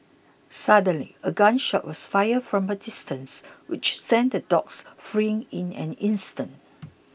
suddenly a gun shot was fired from a distance which sent the dogs fleeing in an instant